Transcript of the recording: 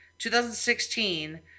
2016